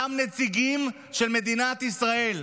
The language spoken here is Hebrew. אותם נציגים של מדינת ישראל,